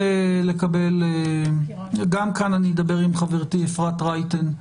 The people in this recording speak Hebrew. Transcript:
גם כאן אני אדבר עם חברתי, אפרת רייטן,